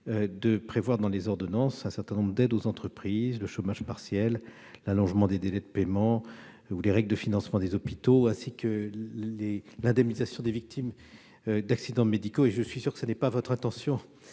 de prévoir un certain nombre d'aides aux entreprises, telles que le chômage partiel, l'allongement des délais de paiement ou les règles de financement des hôpitaux ainsi que l'indemnisation des victimes d'accidents médicaux. Je suis sûr que votre intention